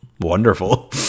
wonderful